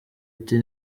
ati